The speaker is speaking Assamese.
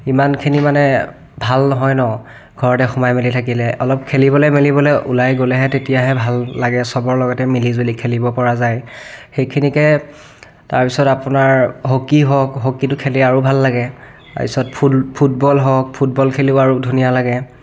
ইমানখিনি মানে ভাল নহয় ন' ঘৰতে সোমাই মেলি থাকিলে অলপ খেলিবলৈ মেলিবলৈ ওলাই গ'লেহে তেতিয়াহে ভাল লাগে সবৰ লগতে মিলিজুলি খেলিব পৰা যায় সেইখিনিকে তাৰপিছত আপোনাৰ হকী হওক হকীটো খেলি আৰু ভাল লাগে তাৰপিছত ফুল ফুটবল হওক ফুটবল খেলিও আৰু ধুনীয়া লাগে